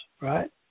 right